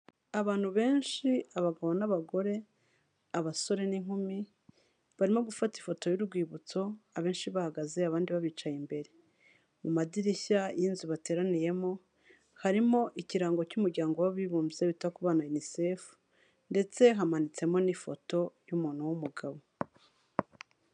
Abantu benshi, abagabo n'abagore, abasore n'inkumi, barimo gufata ifoto y'urwibutso, abenshi bahagaze, abandi babicaye imbere. Mu madirishya y'inzu bateraniyemo harimo ikirango cy'umuryango w'abibumbye wita ku bana UNICEF ndetse hamanitsemo n'ifoto y'umuntu w'umugabo.